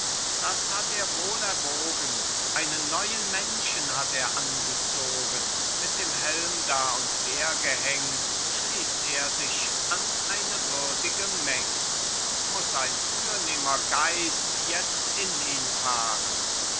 das hat er wohl erwogen einen neuen menschen hat er angezogen mit dem helm da und wehrgehäng schließt er sich an eine würdige meng muß ein führnehmer geist jetzt in ihn fahren